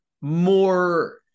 more